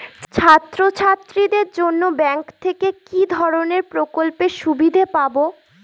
ছাত্রছাত্রীদের জন্য ব্যাঙ্ক থেকে কি ধরণের প্রকল্পের সুবিধে পাবো?